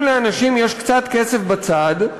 אם לאנשים יש קצת כסף בצד,